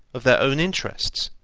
of their own interests,